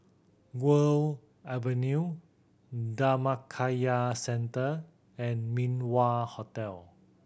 Guok Avenue Dhammakaya Centre and Min Wah Hotel